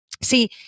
See